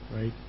right